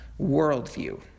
worldview